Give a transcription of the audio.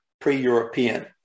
pre-European